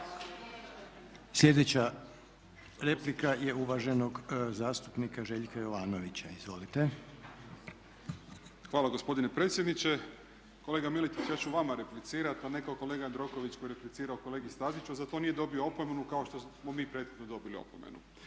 Sljedeća replika je uvaženog zastupnika Željka Jovanovića. Izvolite. **Jovanović, Željko (SDP)** Hvala gospodine predsjedniče. Kolega Miletić ja ću vama replicirati, a ne ko kolega Jandroković koji je replicirao kolegi Staziću za to nije dobio opomenu kao što smo mi prethodno dobili opomenu.